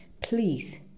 Please